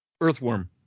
Earthworm